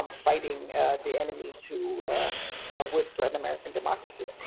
um fighting the enemies who would threaten american democracy.